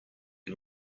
can